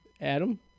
Adam